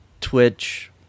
Twitch